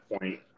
point